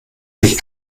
sich